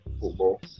football